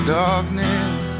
darkness